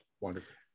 Wonderful